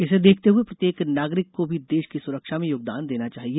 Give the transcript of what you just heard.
इसे देखते हुए प्रत्येक नागरिक को भी देश की सुरक्षा में योगदान देना चाहिए